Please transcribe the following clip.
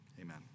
amen